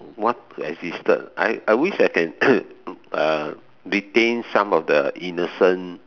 what existed I I wish I can uh retain some of the innocent